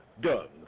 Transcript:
Guns